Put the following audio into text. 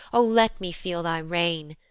o let me feel thy reign!